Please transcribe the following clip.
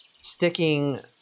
sticking